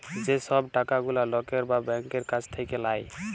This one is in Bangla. যে সব টাকা গুলা লকের বা ব্যাংকের কাছ থাক্যে লায়